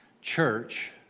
Church